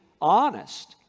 honest